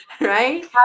right